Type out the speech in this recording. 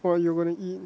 what are you gonna eat